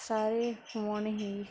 ਸਾਰੇ ਫੋਨ ਹੀ